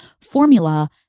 formula